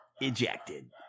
ejected